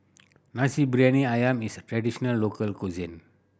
Nasi Briyani Ayam is traditional local cuisine